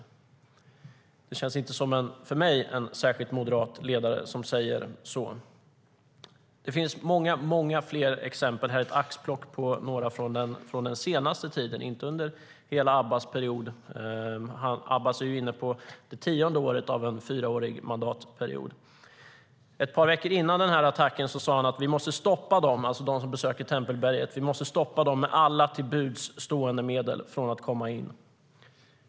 För mig känns det inte som en särskilt moderat ledare som säger så. Ett par veckor före den här attacken sade han: Vi måste stoppa dem - alltså de som besöker Tempelberget - med alla till buds stående medel från att komma in.